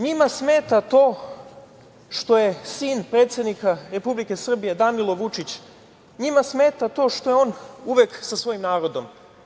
Njima smeta to što je sin predsednika Republike Srbije, Danilo Vučić, njima smeta to što je on uvek sa svojim narodom.